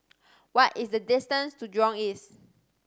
what is the distance to Jurong East